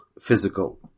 physical